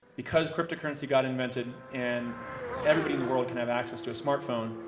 because cryptocurrency got invented and everybody in the world can have access to a smartphone,